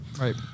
Right